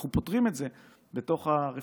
אנחנו פותרים את זה בתוך הרפורמה.